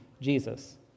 Jesus